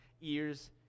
ears